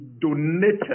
donated